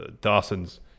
Dawson's